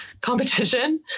competition